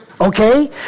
Okay